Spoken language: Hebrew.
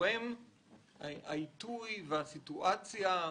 צורם העיתוי והסיטואציה?